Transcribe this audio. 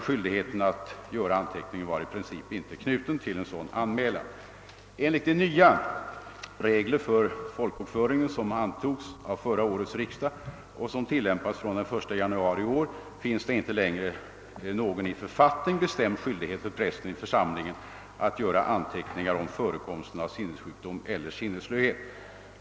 Skyldigheten att göra anteckning var dock i princip inte knuten till en sådan anmälan. Enligt de nya regler för folkbokföringen, som antogs av föregående års riksdag och som tillämpats från den 1 januari i år, finns det inte längre någon i författning bestämd skyldighet för prästen i församlingen att göra anteckningar om förekomsten av sinnessjukdom eller sinnesslöhet.